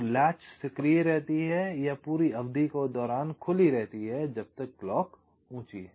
तो लैच सक्रिय रहती है या पूरी अवधि के दौरान खुली रहती है जब तक क्लॉक ऊँची है